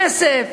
כסף,